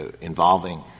involving